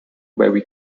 very